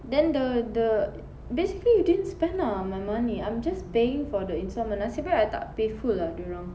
then the the basically you didn't spend ah my money I'm just paying for the instalment nasib baik I tak pay full ah dorang